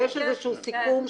יש איזשהו סיכום?